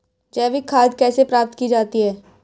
जैविक खाद कैसे प्राप्त की जाती है?